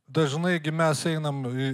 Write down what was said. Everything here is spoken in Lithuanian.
dažnai gi mes einam į